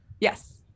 Yes